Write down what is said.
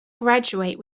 graduate